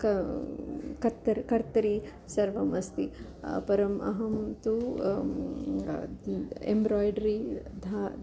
क कत्तर् कर्तरि सर्वम् अस्ति परम् अहं तु एम्ब्राय्ड्री ध